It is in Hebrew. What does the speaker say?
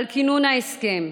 על כינון ההסכם,